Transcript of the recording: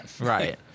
right